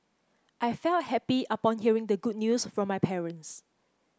I felt happy upon hearing the good news from my parents